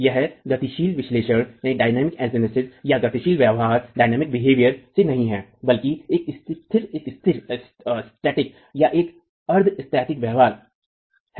यह गतिशील विश्लेषण या गतिशील व्यवहार से नहीं है बल्कि एक स्थिर या एक अर्ध स्थैतिक व्यवहार से है